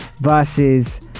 versus